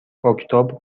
اکتبر